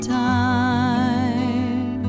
time